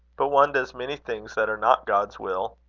but one does many things that are not god's will.